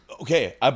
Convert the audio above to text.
Okay